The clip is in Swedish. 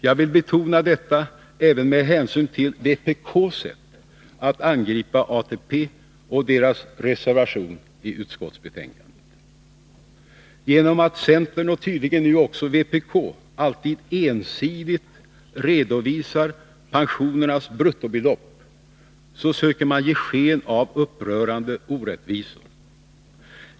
Jag vill betona detta även med hänsyn till vpk:s sätt att angripa ATP och med hänsyn till deras reservation i utskottsbetänkandet. Genom att centern och tydligen nu också vpk ensidigt redovisar pensionernas bruttobelopp söker man ge sken av upprörande orättvisor.